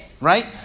right